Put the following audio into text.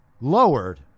lowered